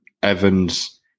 Evans